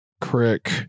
Crick